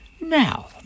Now